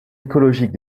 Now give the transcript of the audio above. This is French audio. écologique